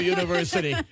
University